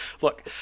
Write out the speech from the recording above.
Look